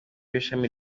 w’ishami